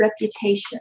reputation